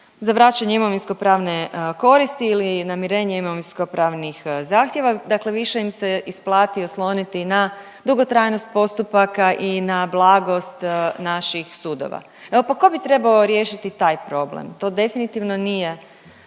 za vraćanje imovinskopravne koristi ili namirenje imovinskopravnih zahtjeva, dakle više im se isplati osloniti na dugotrajnost postupaka i na blagost naših sudova. Evo, pa ko bi trebao riješiti taj problem, to definitivno nije